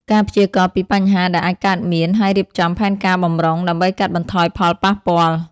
ការព្យាករណ៍ពីបញ្ហាដែលអាចកើតមាន ហើយរៀបចំផែនការបម្រុង ដើម្បីកាត់បន្ថយផលប៉ះពាល់។